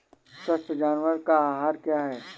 स्वस्थ जानवर का आहार क्या है?